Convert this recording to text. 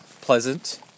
pleasant